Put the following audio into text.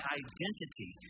identity